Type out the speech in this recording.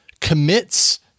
commits